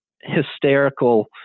hysterical –